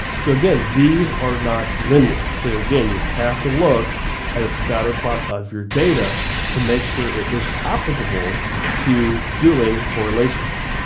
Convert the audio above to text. so again, these are not linear. so again, you have to look at a scatterplot of your data to make sure it is applicable to doing correlations.